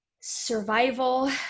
survival